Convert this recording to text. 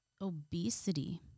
obesity